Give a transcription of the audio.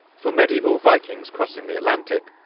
for medieval vikings crossing the atlantic,